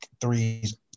threes